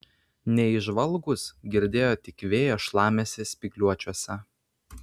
neįžvalgūs girdėjo tik vėjo šlamesį spygliuočiuose